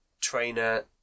trainer